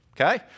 Okay